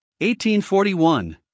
1841